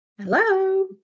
Hello